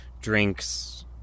drinks